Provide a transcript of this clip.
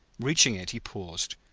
reaching it, he paused,